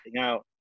out